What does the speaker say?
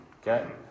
Okay